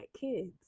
kids